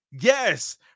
Yes